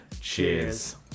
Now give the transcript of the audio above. Cheers